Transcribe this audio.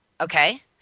Okay